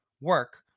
work